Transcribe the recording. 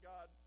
God